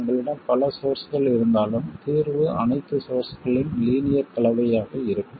உங்களிடம் பல சோர்ஸ்கள் இருந்தாலும் தீர்வு அனைத்து சோர்ஸ்களின் லீனியர் கலவையாக இருக்கும்